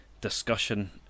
discussion